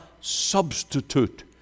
substitute